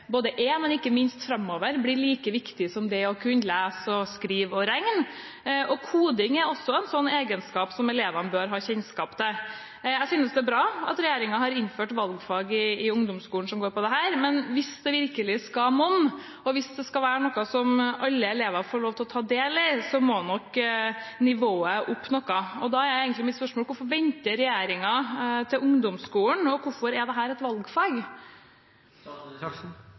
ikke minst framover – like viktig som det å kunne lese, skrive og regne. Koding er også en egenskap elevene bør ha kjennskap til. Jeg synes det er bra at regjeringen har innført dette som valgfag i ungdomsskolen, men hvis det virkelig skal monne, og hvis det skal være noe som alle elever får lov til å ta del i, må nok nivået noe opp. Da er egentlig mitt spørsmål: Hvorfor venter regjeringen til ungdomsskolen, og hvorfor er dette et valgfag? Når det gjelder koding, var det vi som startet det som valgfag.